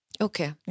Okay